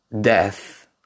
death